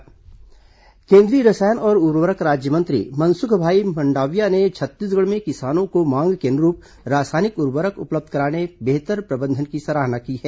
केंद्रीय मंत्री सराहना केंद्रीय रसायन और उर्वरक राज्यमंत्री मनसुखभाई मंडाविया ने छत्तीसगढ़ में किसानों को मांग के अनुरूप रासायनिक उर्वरक उपलब्ध कराने के बेहतर प्रबंधन की सराहना की है